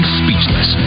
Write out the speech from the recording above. speechless